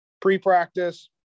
Pre-practice